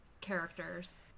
characters